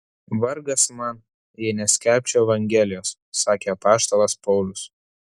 vargas man jei neskelbčiau evangelijos sakė apaštalas paulius